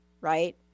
right